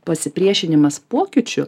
pasipriešinimas pokyčiu